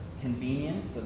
convenience